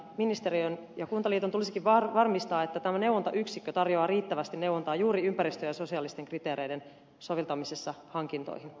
ministeriön ja kuntaliiton tulisikin varmistaa että tämä neuvontayksikkö tarjoaa riittävästi neuvontaa juuri ympäristö ja sosiaalisten kriteereiden soveltamisessa hankintoihin